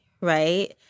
right